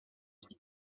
luxe